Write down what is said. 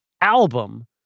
album